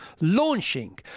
launching